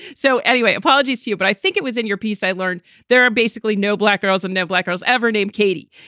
so anyway, apologies to you, but i think it was in your piece i learned there are basically no black girls and no black holes ever named katie.